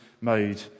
made